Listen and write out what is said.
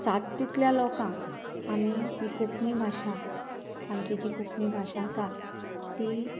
जाता तितल्या लोकांक आमी ही कोंकणी भाशा आमची जी कोंकणी भाशा आसा ती